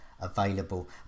available